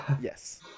yes